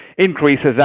increases